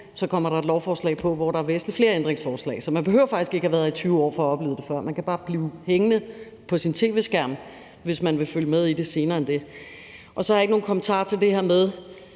så kommer der et lovforslag på, hvor der er væsentlig flere ændringsforslag. Så man behøver faktisk ikke have været her i 20 år for at have oplevet det før. Man kan bare blive hængende på sin tv-skærm, hvis man vil følge med i det senere. Så har jeg ikke nogen kommentarer til det her med,